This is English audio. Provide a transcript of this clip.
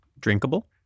drinkable